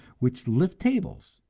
which lift tables,